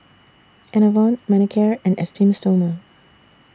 Enervon Manicare and Esteem Stoma